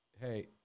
hey